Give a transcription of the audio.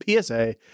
PSA